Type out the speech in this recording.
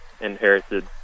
inherited